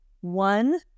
one